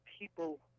people